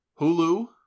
Hulu